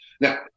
Now